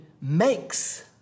makes